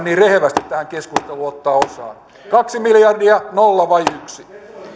niin rehevästi tähän keskusteluun ottaa osaa kaksi miljardia nolla vai yksi